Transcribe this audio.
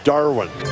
Darwin